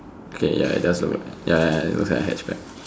okay ya it does look like ya ya ya it looks like a hatch bag